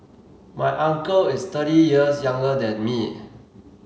my uncle is thirty years younger than me